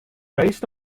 based